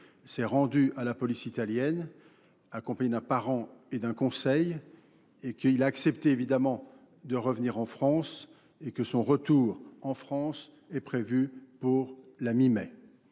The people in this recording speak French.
s'est rendu à la police italienne, accompagné d'un parent et d'un conseil, et qu'il a accepté évidemment de revenir en France et que son retour en France est prévu pour la mi-mai.